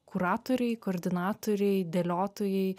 kuratoriai koordinatoriai dėliotojai